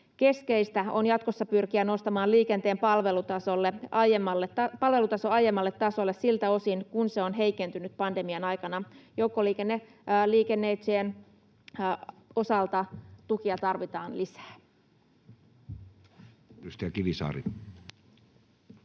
Keskeistä on jatkossa pyrkiä nostamaan liikenteen palvelutaso aiemmalle tasolle siltä osin kuin se on heikentynyt pandemian aikana. Joukkoliikennöitsijöiden osalta tukea tarvitaan lisää. [Speech